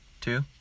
Two